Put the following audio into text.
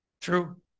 True